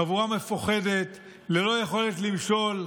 חבורה מפוחדת ללא יכולת למשול,